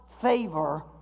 favor